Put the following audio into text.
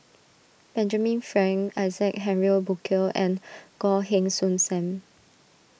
Benjamin Frank Isaac Henry Burkill and Goh Heng Soon Sam